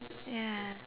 ya